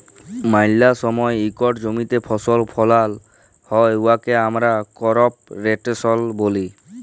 ম্যালা সময় ইকট জমিতে ফসল ফলাল হ্যয় উয়াকে আমরা করপ রটেশল ব্যলি